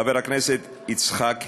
חבר הכנסת יצחק הרצוג,